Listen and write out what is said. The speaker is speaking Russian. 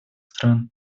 стран